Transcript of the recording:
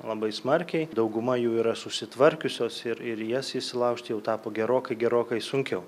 labai smarkiai dauguma jų yra susitvarkiusios ir ir jas įsilaužti jau tapo gerokai gerokai sunkiau